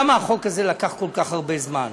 למה החוק הזה לקח כל כך הרבה זמן,